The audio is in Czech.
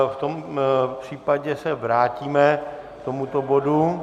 V tom případě se vrátíme k tomuto bodu.